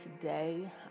today